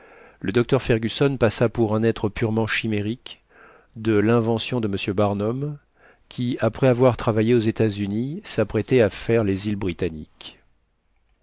le docteur fergusson passa pour un être purement chimérique de l'invention de m barnum qui après avoir travaillé aux états-unis s'apprêtait à faire les iles britanniques